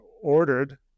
ordered